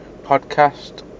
podcast